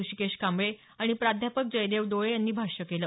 ऋषीकेश कांबळे आणि प्राध्यापक जयदेव डोळे यांनी भाष्य केलं